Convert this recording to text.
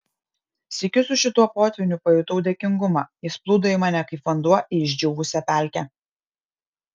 sykiu su šituo potvyniu pajutau dėkingumą jis plūdo į mane kaip vanduo į išdžiūvusią pelkę